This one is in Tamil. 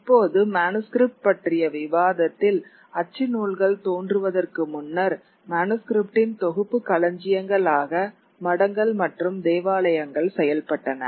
இப்போது மனுஸ்கிரிப்ட் பற்றிய விவாதத்தில் அச்சு நூல்கள் தோன்றுவதற்கு முன்னர் மனுஸ்கிரிப்ட் இன் தொகுப்பு களஞ்சியங்களாக மடங்கள் மற்றும் தேவாலயங்கள் செயல்பட்டன